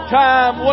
time